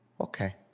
Okay